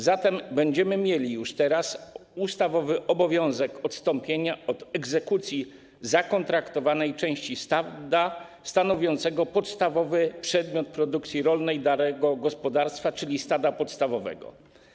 Zatem będziemy mieli ustawowy obowiązek odstąpienia od egzekucji zakontraktowanej części stada stanowiącego podstawowy przedmiot produkcji rolnej danego gospodarstwa, czyli stada podstawowego.